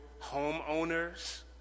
homeowners